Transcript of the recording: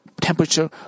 temperature